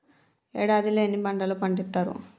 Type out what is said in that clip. ఏడాదిలో ఎన్ని పంటలు పండిత్తరు?